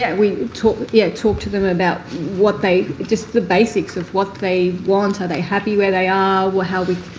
yeah we talk yeah talk to them about what they just the basics of what they want, are they happy where they ah are, how we,